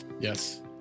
yes